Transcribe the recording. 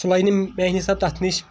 سُہ لیہِ نہٕ میانہِ حساب تتھ نِش